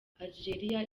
algeria